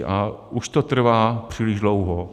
A už to trvá příliš dlouho.